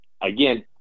again